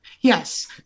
Yes